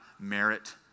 merit